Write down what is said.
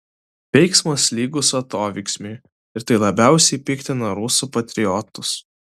veiksmas lygus atoveiksmiui ir tai labiausiai piktina rusų patriotus